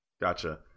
gotcha